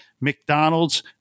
McDonald's